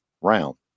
round